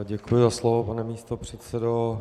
Děkuji za slovo, pane místopředsedo.